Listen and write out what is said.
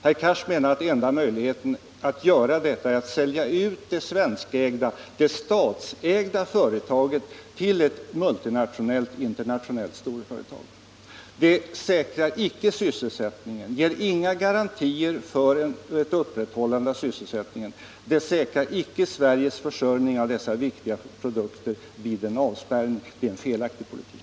Herr Cars menar att den enda möjligheten att göra detta är att sälja ut det svenskägda, det statsägda, företaget till ett multinationellt-internationellt storföretag. Det säkrar icke sysselsättningen, ger inga garantier för ett upprätthållande av sysselsättningen, det säkrar icke Sveriges försörjning av dessa viktiga produkter vid en avspärrning. Det är en felaktig politik.